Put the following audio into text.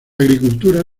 agricultura